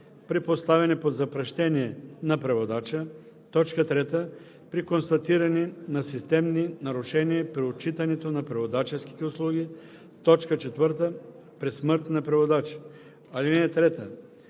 при поставяне под запрещение на преводача; 3. при констатиране на системни нарушения при отчитането на преводаческите услуги; 4. при смърт на преводача. (3)